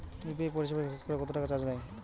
UPI পরিসেবায় সতকরা কতটাকা চার্জ নেয়?